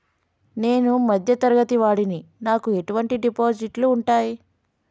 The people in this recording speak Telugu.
నేను మధ్య తరగతి వాడిని నాకు ఎటువంటి డిపాజిట్లు ఉంటయ్?